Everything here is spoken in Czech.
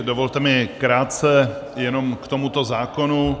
Dovolte mi krátce jenom k tomuto zákonu.